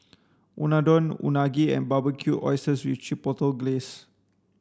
Unadon Unagi and Barbecued Oysters with Chipotle Glaze